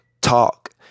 talk